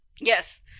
Yes